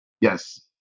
Yes